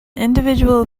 individual